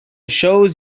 shows